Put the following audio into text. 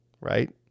right